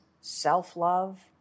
self-love